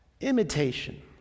Imitation